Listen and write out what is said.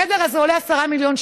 החדר הזה עולה 10 מיליון שקלים.